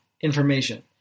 information